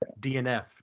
DNF